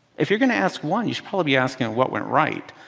if you're going to ask one, you should probably be asking what went right.